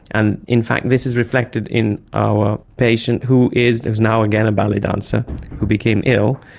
and in fact this is reflected in our patient who is now again a ballet dancer who became ill,